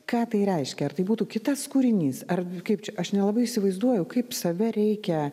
ką tai reiškia ar tai būtų kitas kūrinys ar kaip čia aš nelabai įsivaizduoju kaip save reikia